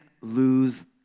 lose